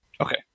Okay